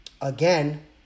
again